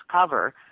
cover